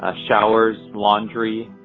ah showers, laundry,